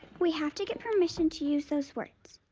we have to get permission to use those words.